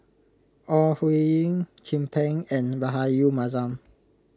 Ore Huiying Chin Peng and Rahayu Mahzam